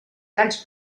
talls